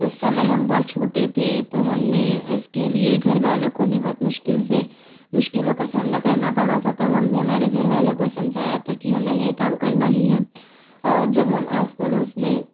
उस समय हम बहुत छोटे थे तो हमने इसके लिए घर वालों को भी बहुत मुश्किल से मुश्किलों का सामना करना पड़ा था तब हमने हमारे घर वालों को समझाया था कि हमें यह काम करना ही है और जब हम आस पड़ोस में